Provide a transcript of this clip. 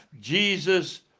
Jesus